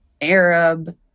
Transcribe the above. Arab